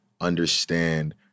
understand